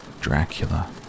Dracula